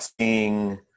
seeing